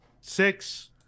six